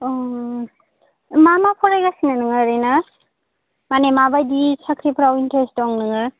ओम मा मा फरायगासिनो नोङो ओरैनो मानि माबायदि साख्रिफ्राव इन्टारेस्ट दं नोङो